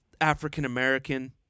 African-American